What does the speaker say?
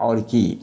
आओर की